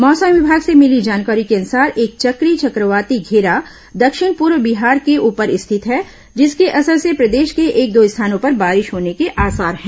मौसम विभाग से मिली जानकारी के अनुसार एक चक्रीय चक्रवाती घेरा दक्षिण पूर्व बिहार के उपर स्थित है जिसके असर से प्रदेश के एक दो स्थानों पर बारिश होने के आसार है